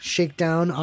Shakedown